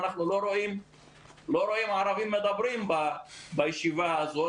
אנחנו לא רואים נציגים ערבים מדברים בישיבה הזאת,